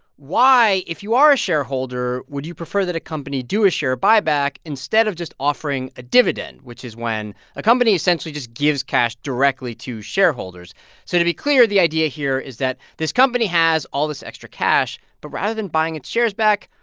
why, if you are a shareholder, would you prefer that a company do a share buyback instead of just offering a dividend, which is when a company, essentially, just gives cash directly to shareholders? so to be clear, the idea here is that this company has all this extra cash. but rather than buying its shares back,